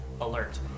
alert